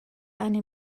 eine